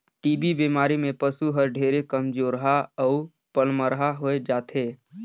TB बेमारी में पसु हर ढेरे कमजोरहा अउ पलमरहा होय जाथे